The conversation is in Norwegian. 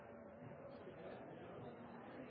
har